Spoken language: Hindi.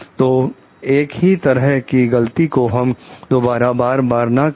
तो एक ही तरह की गलती को हम दोबारा बार बार ना करें